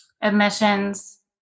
admissions